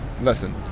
listen